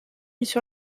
sur